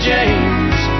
James